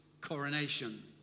coronation